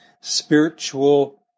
spiritual